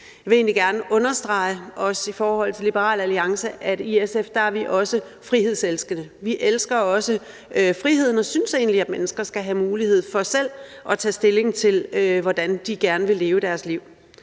Jeg vil egentlig gerne understrege, også i forhold til Liberal Alliance, at vi i SF også er frihedselskende. Vi elsker også friheden og synes egentlig, at mennesker skal have mulighed for selv at tage stilling til, hvordan de gerne vil leve deres liv.